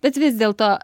bet vis dėlto